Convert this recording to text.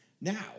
Now